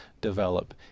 develop